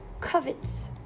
covets